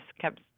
kept